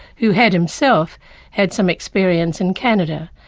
who had himself had some experience in canada.